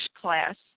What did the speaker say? class